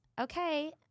okay